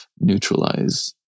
neutralize